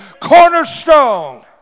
cornerstone